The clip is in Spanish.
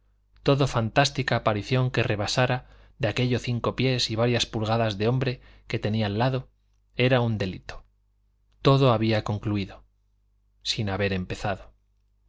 toda fantástica aparición que rebasara de aquellos cinco pies y varias pulgadas de hombre que tenía al lado era un delito todo había concluido sin haber empezado